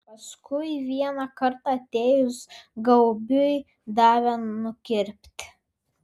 paskui vieną kartą atėjus gaubiui davė nukirpti